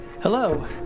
Hello